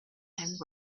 and